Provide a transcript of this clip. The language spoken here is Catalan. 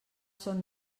son